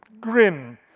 grim